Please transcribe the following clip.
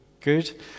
Good